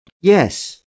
yes